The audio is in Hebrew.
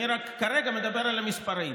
כרגע אני מדבר על המספרים.